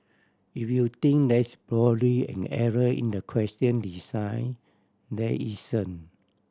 if you think there's probably an error in the question design there isn't